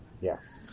Yes